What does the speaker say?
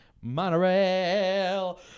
monorail